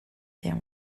their